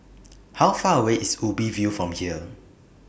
How Far away IS Ubi View from here